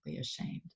ashamed